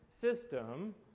system